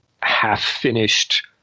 half-finished